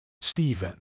Stephen